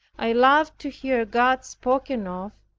i loved to hear god spoken of,